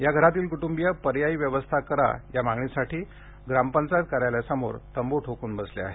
या घरातील क्टुंबीय पर्यायी व्यवस्था करा या मागणीसाठी ग्राम पंचायत कार्यलयासमोर तंब् ठोकून बसले आहेत